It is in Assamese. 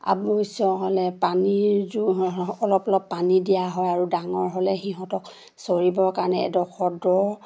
আৱশ্যক হ'লে পানীৰ অলপ অলপ পানী দিয়া হয় আৰু ডাঙৰ হ'লে সিহঁতক চৰিবৰ কাৰণে এডোখৰ দ